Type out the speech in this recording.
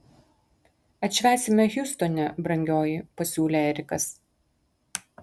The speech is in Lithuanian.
atšvęsime hjustone brangioji pasiūlė erikas